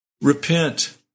Repent